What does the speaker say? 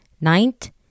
Ninth